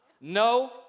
No